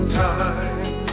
time